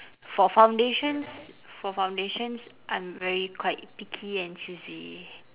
for foundations for foundations I'm very quite picky and choosy